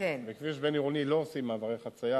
בכביש בין-עירוני לא עושים מעברי חצייה,